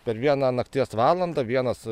per vieną nakties valandą vienas